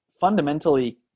fundamentally